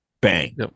bang